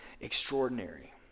extraordinary